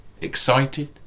Excited